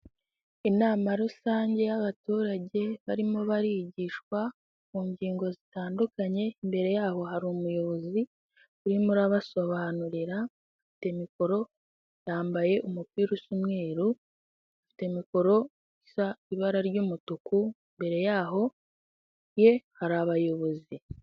Inama rusange y'abaturage barimo barigishwa ku ngingo zitandukanye imbere yabo hari umuyobozi urimo urabasobanurira afite mikoro yambaye umupira usa umweru afite mikoro isa ibara ry'umutuku imbere yaho ye hari abayobozi.